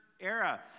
era